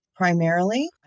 Primarily